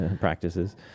practices